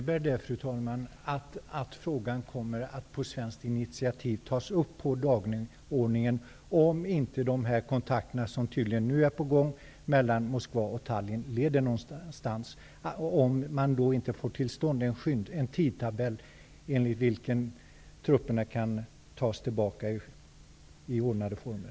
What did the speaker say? Fru talman! Innebär det att frågan kommer att tas upp på dagordningen på svenskt initiativ, om inte de kontakter som tydligen är på gång nu mellan Moskva och Tallinn leder någonstans, och man inte får till stånd den tidtabell enligt vilken trupperna kan dras tillbaka i ordnade former?